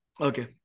Okay